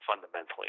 fundamentally